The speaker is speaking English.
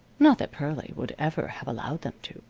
not that pearlie would ever have allowed them to.